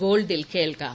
ഗോൾഡിൽ കേൾക്കാം